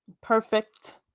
perfect